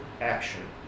action